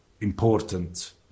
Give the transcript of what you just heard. important